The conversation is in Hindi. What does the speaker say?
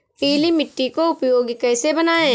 पीली मिट्टी को उपयोगी कैसे बनाएँ?